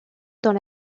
dans